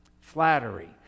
Flattery